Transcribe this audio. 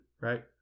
right